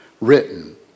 written